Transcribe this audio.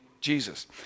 Jesus